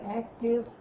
active